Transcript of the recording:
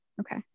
Okay